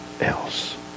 else